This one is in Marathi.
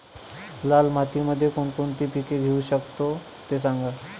लाल मातीमध्ये कोणकोणती पिके घेऊ शकतो, ते सांगा